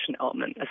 element